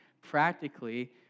practically